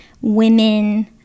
women